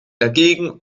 dagegen